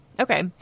Okay